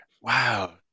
Wow